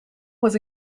was